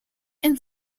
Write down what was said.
and